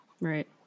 Right